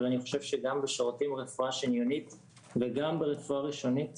אבל אני חושב שגם בשירותי רפואה שניונית וגם ברפואה ראשונית